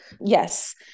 Yes